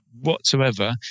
whatsoever